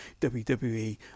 WWE